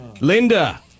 Linda